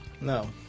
No